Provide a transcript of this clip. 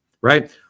Right